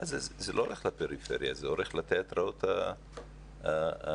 זה הולך לפריפריה, זה הולך לתיאטראות הגדולים.